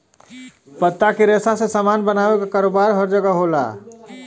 पत्ता के रेशा से सामान बनावे क कारोबार हर जगह होला